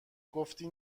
گفتی